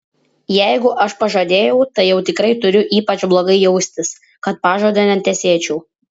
jeigu aš pažadėjau tai jau tikrai turiu ypač blogai jaustis kad pažado netesėčiau